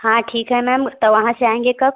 हाँ ठीक है मैम तो वहाँ से आएंगे कब